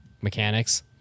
mechanics